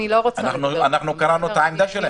אנחנו קראנו את העמדה שלהם.